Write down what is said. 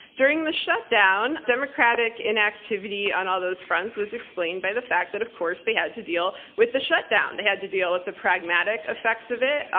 during the shutdown, democratic inactivity on all those fronts was explained by the fact that, of course, they had to deal with the shutdown. they had to deal with the pragmatic effects of it,